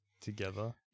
together